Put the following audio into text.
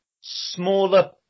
smaller